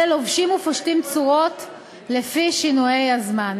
אלה לובשים ופושטים צורות לפי שינויי הזמן.